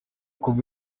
kuva